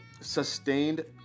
Sustained